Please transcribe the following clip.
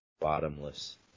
bottomless